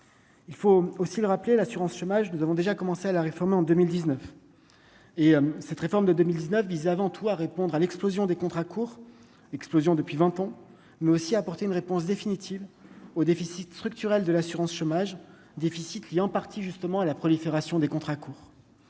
il faut aussi le rappeler, l'assurance chômage, nous avons déjà commencé à la réforme en 2000 19 et cette réforme de 2019 visait avant tout à répondre à l'explosion des contrats courts explosion depuis 20 ans, mais aussi à apporter une réponse définitive au déficit structurel de l'assurance chômage, déficit lié en partie justement à la prolifération des contrats courts